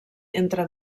entre